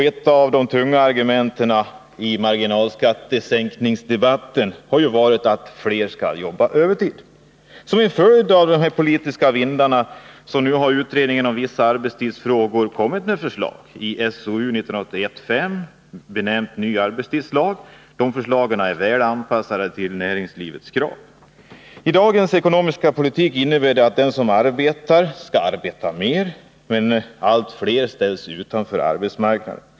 Ett av de tunga argumenten i marginalskattesänkningsdebatten har ju varit att fler skall jobba övertid. Som en följd av de här politiska vindarna har utredningen rörande vissa arbetstidsfrågor kommit med förslag i ett betänkande, benämnt Ny arbetstidslag . De förslagen är väl anpassade till näringslivets krav. I dagens ekonomiska politik innebär det att den som arbetar skall arbeta mer, men allt fler ställs utanför arbetsmarknaden.